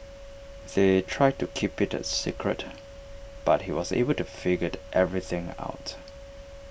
they tried to keep IT A secret but he was able to figured everything out